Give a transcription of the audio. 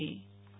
Nehal Thakkar